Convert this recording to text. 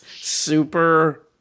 super